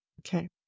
Okay